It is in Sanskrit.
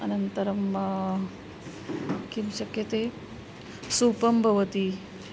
अनन्तरं किं शक्यते सूपः भवति